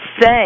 say